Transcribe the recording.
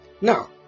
Now